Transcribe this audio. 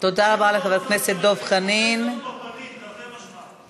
זה יתפוצץ עלינו בפרצוף, תרתי משמע.